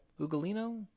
Ugolino